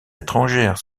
étrangères